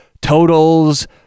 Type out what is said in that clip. totals